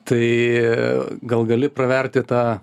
tai gal gali praverti tą